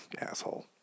Asshole